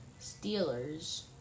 Steelers